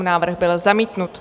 Návrh byl zamítnut.